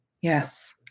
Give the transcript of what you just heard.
Yes